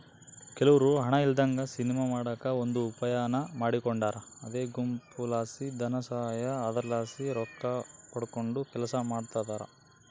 ಕೆಲವ್ರು ಹಣ ಇಲ್ಲದಂಗ ಸಿನಿಮಾ ಮಾಡಕ ಒಂದು ಉಪಾಯಾನ ಮಾಡಿಕೊಂಡಾರ ಅದೇ ಗುಂಪುಲಾಸಿ ಧನಸಹಾಯ, ಅದರಲಾಸಿ ರೊಕ್ಕಪಡಕಂಡು ಕೆಲಸ ಮಾಡ್ತದರ